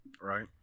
Right